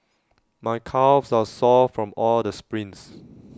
my calves are sore from all the sprints